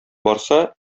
барса